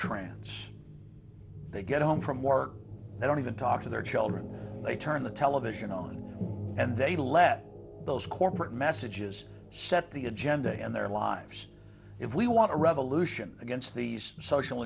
trance they get home from work they don't even talk to their children they turn the television on and they let those corporate messages set the agenda and their lives if we want a revolution against these social